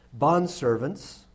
Bondservants